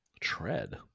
Tread